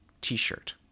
t-shirt